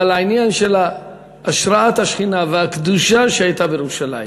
והעניין הוא של השראת השכינה והקדושה שהייתה בירושלים.